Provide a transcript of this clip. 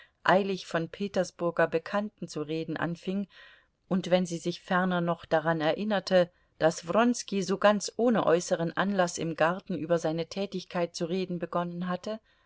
eilig von petersburger bekannten zu reden anfing und wenn sie sich ferner noch daran erinnerte daß wronski so ganz ohne äußeren anlaß im garten über seine tätigkeit zu reden begonnen hatte